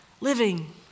living